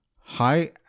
high